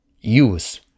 use